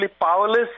powerless